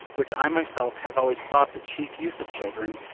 which i myself have always thought the chief use of children,